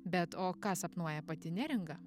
bet o ką sapnuoja pati neringa